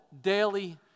daily